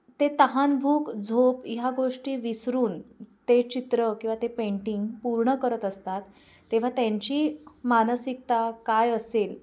ते तहानभूक झोप ह्या गोष्टी विसरून ते चित्र किंवा ते पेंटिंग पूर्ण करत असतात तेव्हा त्यांची मानसिकता काय असेल